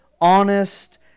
honest